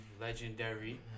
legendary